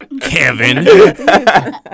Kevin